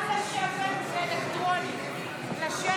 להלן תוצאות ההצבעה: 51